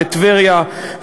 בטבריה,